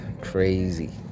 crazy